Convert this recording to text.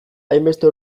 hainbeste